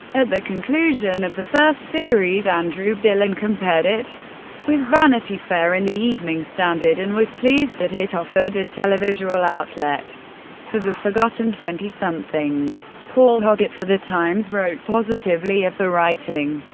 at the conclusion of the first series, andrew billen compared it with vanity fair in the evening standard and was pleased that it offered a televisual outlet for the forgotten twentysomethings. paul hoggart for the times wrote positively of the writing,